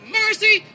mercy